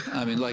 i mean, like